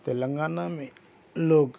تلنگانہ میں لوگ